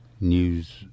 news